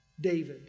David